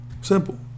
Simple